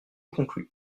conclus